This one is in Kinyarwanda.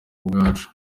ubwacu